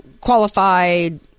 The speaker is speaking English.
qualified